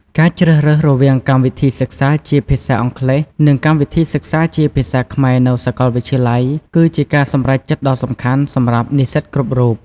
ការជ្រើសរើសរវាងកម្មវិធីសិក្សាជាភាសាអង់គ្លេស និងកម្មវិធីសិក្សាជាភាសាខ្មែរនៅសាកលវិទ្យាល័យ គឺជាការសម្រេចចិត្តដ៏សំខាន់សម្រាប់និស្សិតគ្រប់រូប។